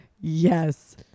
yes